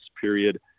period